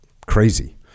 crazy